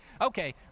okay